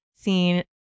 seen